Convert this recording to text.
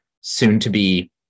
soon-to-be